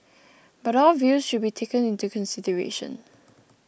but all views should be taken into consideration